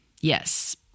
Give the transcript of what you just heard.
Yes